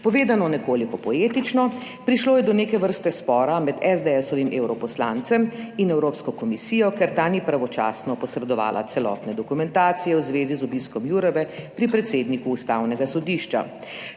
Povedano nekoliko poetično, prišlo je do neke vrste spora med SDS-ovim evroposlancem, in Evropsko komisijo, ker ta ni pravočasno posredovala celotne dokumentacije v zvezi z obiskom Jourove pri predsedniku ustavnega sodišča.